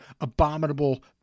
abominable